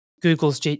Google's